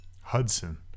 Hudson